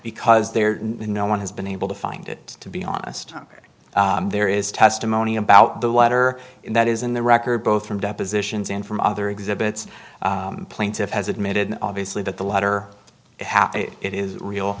because there no one has been able to find it to be honest there is testimony about the letter that is in the record both from depositions and from other exhibits plaintiff has admitted obviously that the letter it is real